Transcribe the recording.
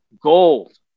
gold